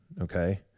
Okay